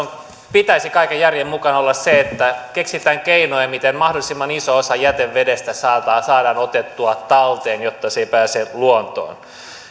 pitäisi kaiken järjen mukaan olla se että keksitään keinoja miten mahdollisimman iso osa jätevedestä saadaan otettua talteen jotta se ei pääse luontoon